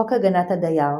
חוק הגנת הדייר,